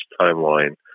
timeline